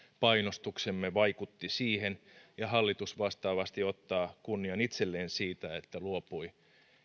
painostuksemme vaikutti siihen ja hallitus vastaavasti ottaa kunnian itselleen siitä että luopui